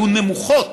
יהיו נמוכות